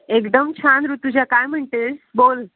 एकदम छान ऋतुजा काय म्हणते बोल